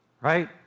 right